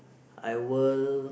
I will